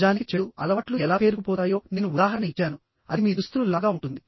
నిజానికి చెడు అలవాట్లు ఎలా పేరుకుపోతాయో నేను ఉదాహరణ ఇచ్చాను అది మీ దుస్తులు లాగా ఉంటుంది